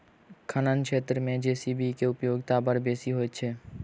खनन क्षेत्र मे जे.सी.बी के उपयोगिता बड़ बेसी होइत छै